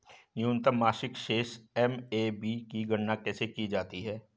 न्यूनतम मासिक शेष एम.ए.बी की गणना कैसे की जाती है?